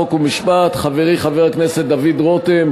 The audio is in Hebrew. חוק ומשפט חברי חבר הכנסת דוד רותם,